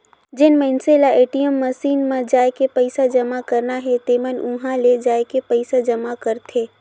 जेन मइनसे ल ए.टी.एम मसीन म जायके पइसा जमा करना हे तेमन उंहा ले जायके पइसा जमा करथे